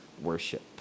worship